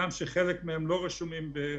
זה יכול להתבצע ממש היום, לא צריך לחכות עם